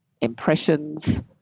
impressions